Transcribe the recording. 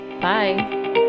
Bye